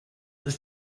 ist